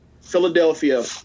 Philadelphia